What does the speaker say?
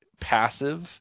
passive